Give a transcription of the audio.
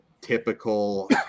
typical